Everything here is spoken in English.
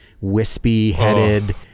wispy-headed